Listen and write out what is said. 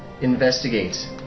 investigate